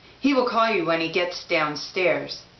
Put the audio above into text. he will call you when he gets downstairs.